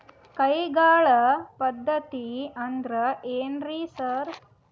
ಕೈಗಾಳ್ ಪದ್ಧತಿ ಅಂದ್ರ್ ಏನ್ರಿ ಸರ್?